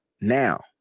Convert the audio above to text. now